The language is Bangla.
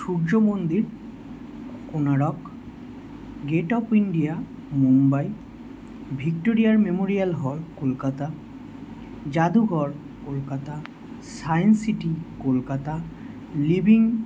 Surya Mandir Konark gate of India Mumbai ভিক্টোরিয়ার মেমোরিয়াল হল কলকাতা যাদুঘর Kolkata science city Kolkata living